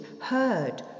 heard